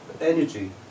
energy